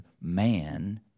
man